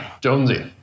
Jonesy